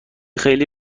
خیلی